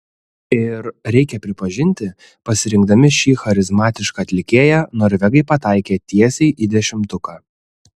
ir reikia pripažinti pasirinkdami šį charizmatišką atlikėją norvegai pataikė tiesiai į dešimtuką